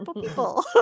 people